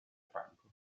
franco